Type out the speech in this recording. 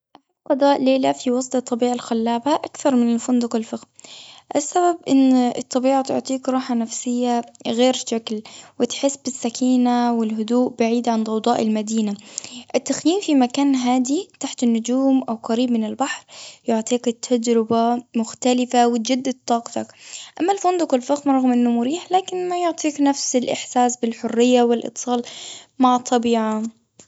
أحب قضاء ليلة في وسط الطبيعة الخلابة أكثر من الفندق الفخم. السبب إن الطبيعة تعطيك راحة نفسية غير شكل، وتحس بالسكينة والهدوء، بعيداً عن ضوضاء المدينة. التخييم في مكان هادي تحت النجوم، أو قريب من البحر، يعطيك التجربة مختلفة، وتجدد طاقتك. أما الفندق الفخم رغم أنه مريح، لكن ما يعطيك نفس الإحساس بالحرية، والإتصال مع الطبيعة.